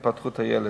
התפתחות הילד.